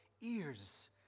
ears